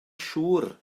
siŵr